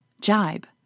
Jibe